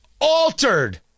altered